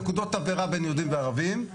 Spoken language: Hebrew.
נקודות תבערה בין יהודים וערבים,